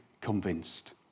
convinced